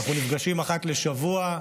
אנחנו נפגשים אחת לשבוע,